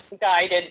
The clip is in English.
guided